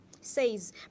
says